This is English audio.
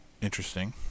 interesting